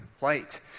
light